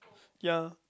ya